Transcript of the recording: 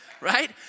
right